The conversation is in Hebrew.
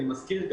אני מזכיר,